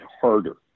harder